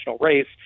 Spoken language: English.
race